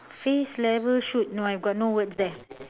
face level shoot no I got no words there